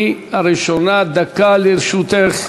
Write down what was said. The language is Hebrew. היא הראשונה, דקה לרשותך,